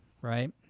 right